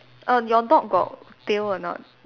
err your dog got tail or not